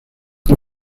gen